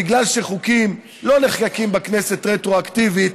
בגלל שחוקים לא נחקקים בכנסת רטרואקטיבית,